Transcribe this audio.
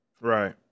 Right